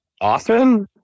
Often